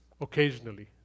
Occasionally